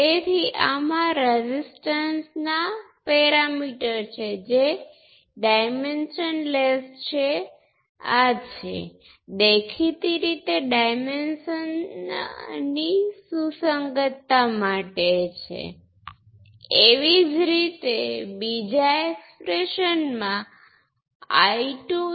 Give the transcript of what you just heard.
હવે આપણે બે પોર્ટ માટે z પેરામિટર રજૂઆતને ધ્યાનમાં લઈએ છીએ જે તમને I1 અને I2 ના લિનિયર કોમ્બિનેશન તરીકે V1 અને V2 આપે છે